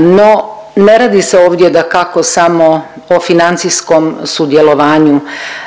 No ne radi se ovdje dakako samo o financijskom sudjelovanju,